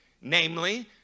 Namely